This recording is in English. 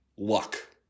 Luck